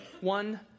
one